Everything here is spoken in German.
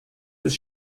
des